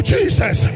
Jesus